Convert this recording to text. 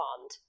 bond